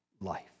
life